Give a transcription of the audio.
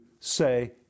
Say